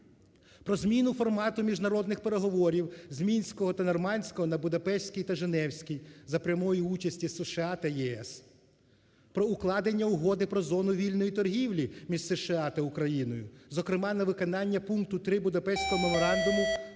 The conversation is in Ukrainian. Про зміну формату міжнародних переговорів з мінського та нормандського на будапештський та женевський за прямої участі США та ЄС. Про укладення Угоди про зону вільної торгівлі між США та Україною, зокрема, на виконання пункту 3 будапештського меморандуму